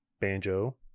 Banjo